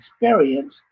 experience